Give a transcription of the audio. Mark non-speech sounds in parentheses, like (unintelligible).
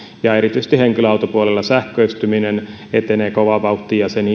ja erityisesti henkilöautopuolella sähköistyminen etenee kovaa vauhtia ja sen (unintelligible)